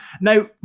now